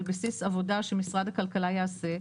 על בסיס עבודה שמשרד הכלכלה יעשה,